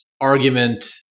argument